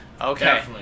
Okay